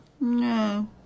No